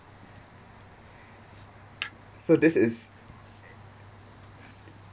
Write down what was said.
so this is